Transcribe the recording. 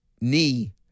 knee